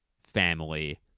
family